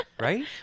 right